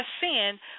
sin